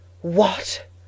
What